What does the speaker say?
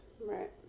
Right